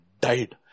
Died